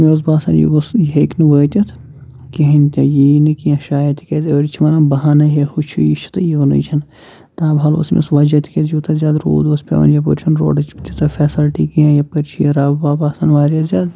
مےٚ اوس باسان یہِ گوٚس یہِ ہیٚکہِ نہٕ وٲتتھ کہیٖنۍ تہِ یہِ یی نہِ کینٛہہ شاید تِکیازِ أڑۍ چھِ وَنان بَہانہٕ ہے ہُہ چھُ یہِ چھُ تہٕ یونٕے چھِنہٕ تابحال اوس أمِس وَجہِ تکیازِ یوٗتاہ زیادٕ روٗد اوس پیٚوان یپٲر چھنہٕ روڈٕچ تیٖژہ فیسلٹی کیٚنٛہہ یپٲر چھِ یہِ رَب وَب آسان واریاہ زیادٕ